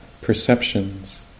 perceptions